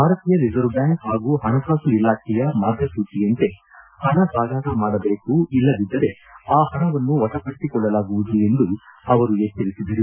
ಭಾರತೀಯ reserve bank ಹಾಗೂ ಪಣಕಾಸು ಇಲಾಖೆಯ ಮಾರ್ಗಸೂಚಿಯಂತೆ ಪಣ ಸಾಗಾಟ ಮಾಡಬೇಕು ಇಲ್ಲದಿದ್ದರೆ ಆ ಪಣವನ್ನು ವಶಪಡಿಸಿಕೊಳ್ಳಲಾಗುವುದು ಎಂದು ಅವರು ಎಚ್ಚರಿಸಿದರು